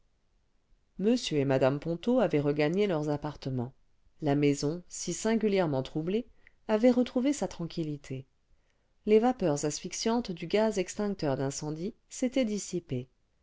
m et mmo ponto avaient regagné leurs appartements la maison si singulièrement troublée avait retrouvé sa tranquillité les vapeurs asphyxiantes du gaz extincteur d'incendie s'étaient dissipées